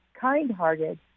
kind-hearted